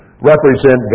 represent